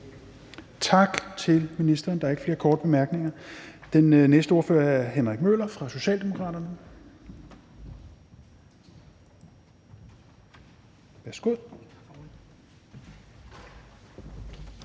Tak til ministeren. Der er ikke flere korte bemærkninger. Den næste ordfører er hr. Henrik Møller fra Socialdemokraterne. Værsgo.